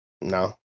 no